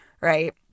right